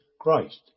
Christ